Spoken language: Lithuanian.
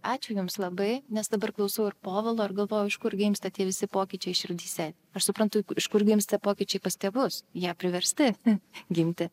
ačiū jums labai nes dabar klausau ir povilo ir galvojau iš kur gimsta tie visi pokyčiai širdyse aš suprantu iš kur gimsta pokyčiai pas tėvus jie priversti gimti